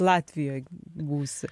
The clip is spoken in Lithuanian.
latvijoj būsi